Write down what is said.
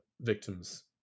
victims